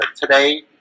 today